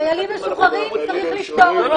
חיילים משוחררים, צריך לפטור אותם.